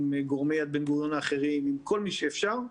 עם גורמי "יד בן גוריון" האחרים עם כל מי שאפשר,